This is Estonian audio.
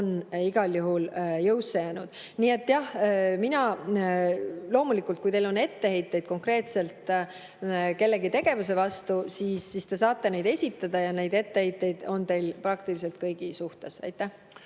on igal juhul jõusse jäänud. Nii et jah, loomulikult, kui teil on etteheiteid konkreetselt kellegi tegevuse pärast, siis te saate neid esitada. Neid etteheiteid on teil praktiliselt kõigi suhtes. Vastus